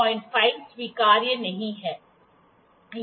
05 स्वीकार्य नहीं है